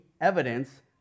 evidence